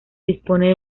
dispone